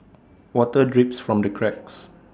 water drips from the cracks